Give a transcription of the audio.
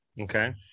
Okay